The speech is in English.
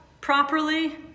properly